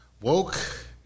Woke